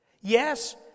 Yes